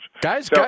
Guys